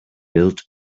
built